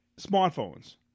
smartphones